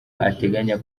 ateganya